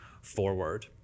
forward